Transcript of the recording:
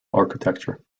architecture